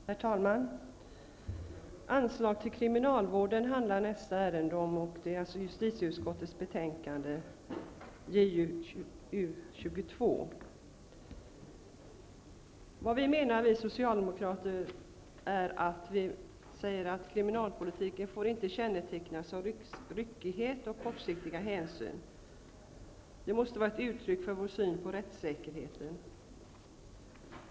Herr talman! Detta ärende handlar om anslag till kriminalvården, och det gäller justitieutskottets betänkande JuU22. Vi Socialdemokrater menar att kriminalpolitiken inte får kännetecknas av ryckighet och kortsiktiga hänsyn. Den måste utgöra ett uttryck för synen på rättssäkerheten.